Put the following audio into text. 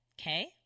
okay